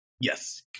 Yes